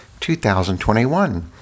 2021